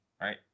right